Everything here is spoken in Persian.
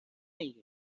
اینکه